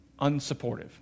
unsupportive